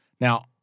now